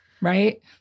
right